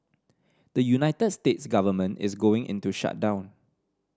the United States government is going into shutdown